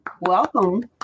welcome